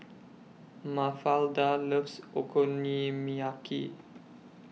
Mafalda loves Okonomiyaki